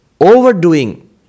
Overdoing